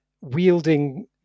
wielding